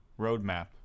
roadmap